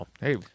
Hey